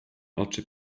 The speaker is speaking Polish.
oczy